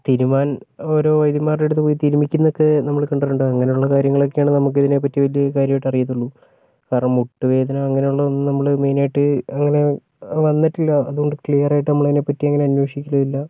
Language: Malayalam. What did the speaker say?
തിരുമ്മാൻ ഓരോ വൈദ്യൻമാരുടെ അടുത്തുപോയി തിരുമ്മിക്കുന്നൊക്കെ നമ്മള് കണ്ടിട്ടുണ്ട് അങ്ങനൊള്ള കാര്യങ്ങളൊക്കെയാണ് നമുക്കിതിനെപ്പറ്റി വല്യ കാര്യായിട്ട് അറിയത്തുള്ളു വേറെ മുട്ടുവേദന അങ്ങനെയുള്ള ഒന്നും നമ്മള് മെയിനായിട്ട് അങ്ങനെ വന്നിട്ടില്ല അതുകൊണ്ട് ക്ലിയറായിട്ട് നമ്മളതിനെപ്പറ്റി അങ്ങിനെ അന്വേഷിക്കയുമില്ല